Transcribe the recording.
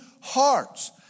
hearts